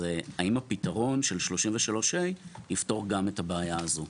אז האם הפתרון של 33(ה) יפתור גם את הבעיה הזו?